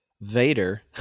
Vader